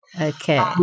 Okay